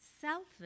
selfish